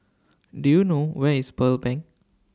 Do YOU know Where IS Pearl Bank